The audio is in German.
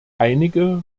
einige